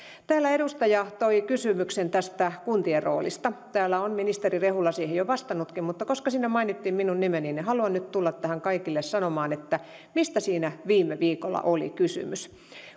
täällä edustaja toi kysymyksen tästä kuntien roolista täällä on ministeri rehula siihen jo vastannutkin mutta koska siinä mainittiin minun nimeni niin haluan nyt tulla tähän kaikille sanomaan mistä siinä viime viikolla oli kysymys